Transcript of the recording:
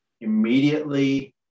immediately